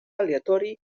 aleatori